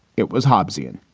it was hopsin,